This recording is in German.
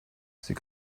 sie